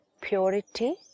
purity